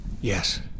Yes